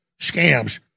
scams